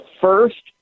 first